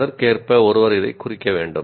அதற்கேற்ப ஒருவர் இதைக் குறிக்க வேண்டும்